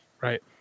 right